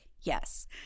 Yes